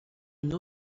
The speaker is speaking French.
une